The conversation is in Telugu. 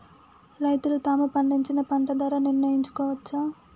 రైతులు తాము పండించిన పంట ధర నిర్ణయించుకోవచ్చా?